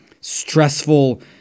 stressful